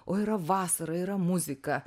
o yra vasara yra muzika